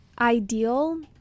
Ideal